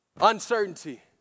Uncertainty